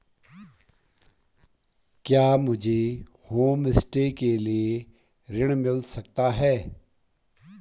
क्या मुझे होमस्टे के लिए ऋण मिल सकता है?